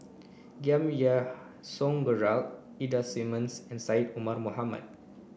Giam Yean Song Gerald Ida Simmons and Syed Omar Mohamed